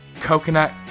coconut